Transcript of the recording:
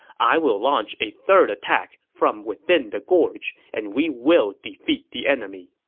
i will launch a third attack from within the gorge, and we will defeat the enemy.